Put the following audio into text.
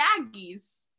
aggies